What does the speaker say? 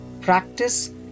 Practice